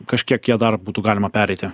kažkiek ją dar būtų galima pereiti